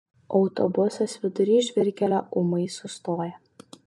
autobusas vidury žvyrkelio ūmai sustoja